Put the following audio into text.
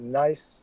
nice